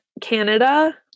Canada